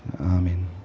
Amen